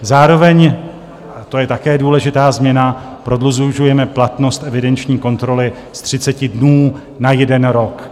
Zároveň, a to je také důležitá změna, prodlužujeme platnost evidenční kontroly z 30 dnů na jeden rok.